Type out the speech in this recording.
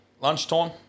lunchtime